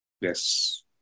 Yes